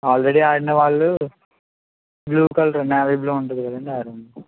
already ఆడిన వాళ్ళు blue colour navy blue ఉంటుంది ఆ రంగు